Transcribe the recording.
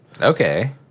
Okay